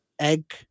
egg